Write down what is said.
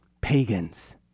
pagans